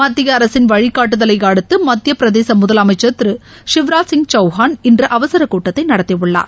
மத்திய அரசின் வழிகாட்டுதலை அடுத்து மத்திய பிரதேச முதலமைச்சர் திரு சிவராஜ் சிங் சௌஹான் இன்று அவசர கூட்டத்தை நடத்தியுள்ளார்